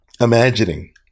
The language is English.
imagining